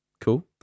Cool